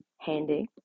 handy